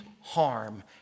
harm